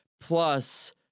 Plus